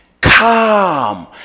come